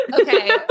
Okay